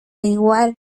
igual